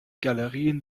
galerien